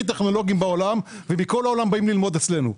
הכי טכנולוגיים בעולם ומכל העולם באים ללמוד אצלנו.